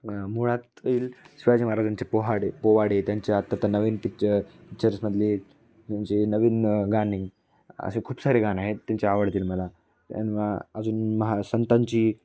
मुळात येईल शिवाजी महाराजांचे पोवाडे पोवाडे त्यांच्या आता तर नवीन पिच्च पिच्चर्समधले त्यांची नवीन गाणी असे खूप सारे गाणी आहेत त्यांचे आवडतील मला अजून महासंतांची